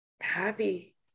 happy